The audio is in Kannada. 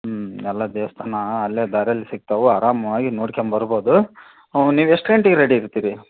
ಹ್ಞೂ ಎಲ್ಲ ದೇವ್ಸ್ಥಾನ ಅಲ್ಲೇ ದಾರ್ಯಲ್ಲಿ ಸಿಗ್ತವೆ ಆರಾಮಾಗಿ ನೋಡ್ಕಂಬರ್ಬೋದು ಊಂ ನೀವು ಎಷ್ಟು ಗಂಟೆಗ್ ರೆಡಿ ಇರ್ತೀರಿ